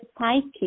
psychic